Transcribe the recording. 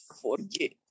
forget